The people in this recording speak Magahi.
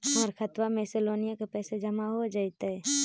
हमर खातबा में से लोनिया के पैसा जामा हो जैतय?